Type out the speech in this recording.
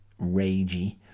ragey